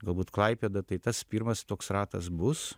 galbūt klaipėda tai tas pirmas toks ratas bus